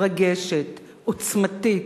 מרגשת, עוצמתית,